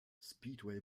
speedway